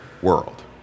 world